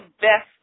best